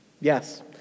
Yes